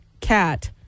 cat